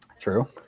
true